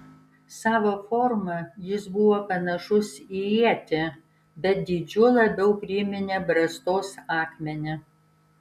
savo forma jis buvo panašus į ietį bet dydžiu labiau priminė brastos akmenį